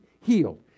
healed